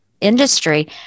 industry